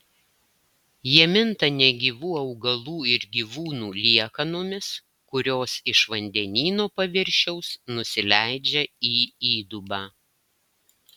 jie minta negyvų augalų ir gyvūnų liekanomis kurios iš vandenyno paviršiaus nusileidžia į įdubą